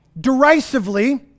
Derisively